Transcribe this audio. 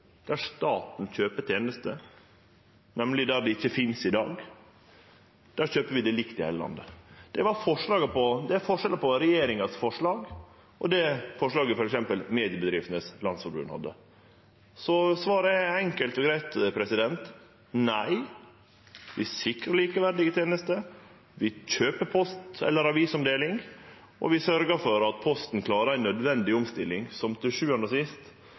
nemleg der det ikkje finst i dag, kjøper vi det likt i heile landet. Det er forskjellen på regjeringa sitt forslag og det forslaget som f.eks. Mediebedriftenes Landsforening hadde. Så svaret er enkelt og greitt nei. Vi sikrar likeverdige tenester, vi kjøper avisomdeling, og vi sørgjer for at Posten klarar ei nødvendig omstilling, som til sjuande og sist